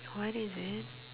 what is it